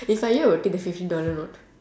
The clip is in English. if I were you I will take fifty dollar note